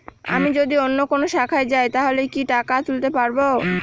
আমি যদি অন্য কোনো শাখায় যাই তাহলে কি টাকা তুলতে পারব?